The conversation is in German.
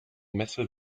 messe